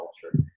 culture